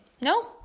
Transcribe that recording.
No